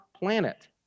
Planet